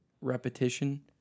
repetition